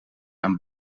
aan